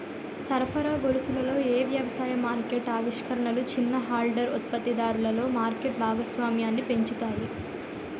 సరఫరా గొలుసులలో ఏ వ్యవసాయ మార్కెట్ ఆవిష్కరణలు చిన్న హోల్డర్ ఉత్పత్తిదారులలో మార్కెట్ భాగస్వామ్యాన్ని పెంచుతాయి?